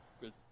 good